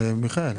למדינה,